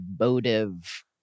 emotive